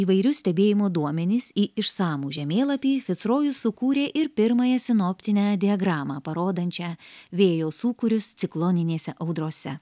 įvairius stebėjimo duomenis į išsamų žemėlapį fitsrojus sukūrė ir pirmąją sinoptinę diagramą parodančią vėjo sūkurius cikloninės audrose